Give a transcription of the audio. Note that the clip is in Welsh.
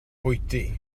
bwyty